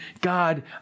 God